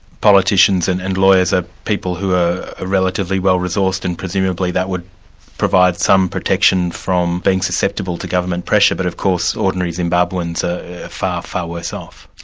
politicians and and lawyers are people who are relatively well-resourced and presumably that would provide some protection from being susceptible to government pressure, but of course ordinary zimbabweans are far, far worse off.